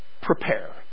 prepare